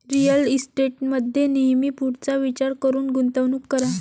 real इस्टेटमध्ये नेहमी पुढचा विचार करून गुंतवणूक करा